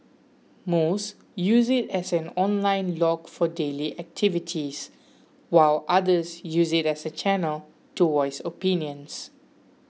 most use it as an online log for daily activities while others use it as a channel to voice opinions